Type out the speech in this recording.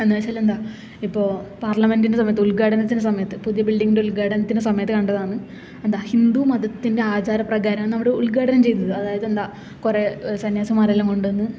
എന്നു വച്ചാൽ എന്താ ഇപ്പോൾ പാർലമെന്റിന്റെ സമയത്ത് ഉദ്ഘാടനത്തിന്റെ സമയത്ത് പുതിയ ബില്ഡിങ്ങിന്റെ ഉദ്ഘാടനത്തിന്റെ സമയത്ത് കണ്ടതാന്ന് എന്താ ഹിന്ദു മതത്തിന്റെ ആചാരപ്രകാരമാണ് അവിടെ ഉദ്ഘാടനം ചെയ്തത് അതായത് എന്താ കുറേ സന്യാസിമാരെ എല്ലാം കൊണ്ടു വന്ന്